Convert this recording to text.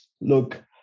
look